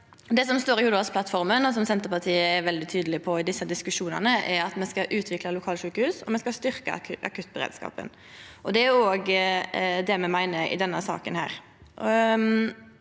Det som står i Hurdalsplattforma, og som Senterpartiet er veldig tydeleg på i desse diskusjonane, er at me skal utvikla lokalsjukehus og styrkja akuttberedskapen. Det er òg det me meiner i denne saka.